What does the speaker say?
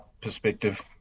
perspective